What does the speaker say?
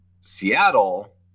Seattle